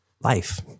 life